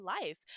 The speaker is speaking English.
life